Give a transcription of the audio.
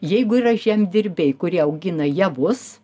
jeigu yra žemdirbiai kurie augina javus